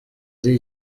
ari